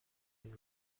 been